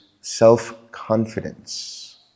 self-confidence